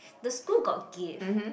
the school got give